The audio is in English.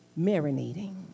marinating